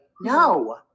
no